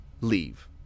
leave